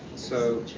so,